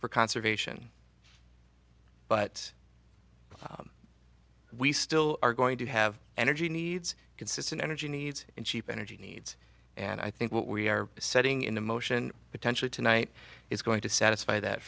for conservation but we still are going to have energy needs consistent energy needs and cheap energy needs and i think what we are setting into motion potentially tonight is going to satisfy that